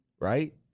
right